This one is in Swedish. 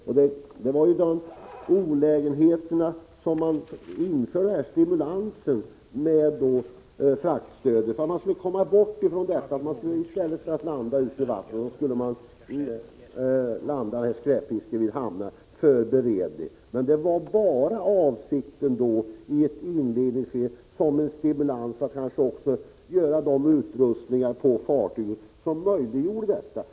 Det var på grund av dessa olägenheter som man införde stimulansen med fraktstöd. Man ville komma bort från detta att fiskarna dumpar skräpfisken i vattnet — i stället skulle de landa den i hamnar för beredning. Men avsikten var endast att stöd skulle utgå i ett inledningsskede som en stimulans och för att fiskarna skulle anskaffa utrustning till fartygen som möjliggör ett sådant här förfarande.